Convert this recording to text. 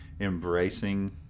embracing